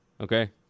okay